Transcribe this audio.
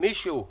מישהו.